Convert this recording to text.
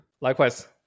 Likewise